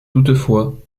toutefois